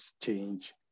change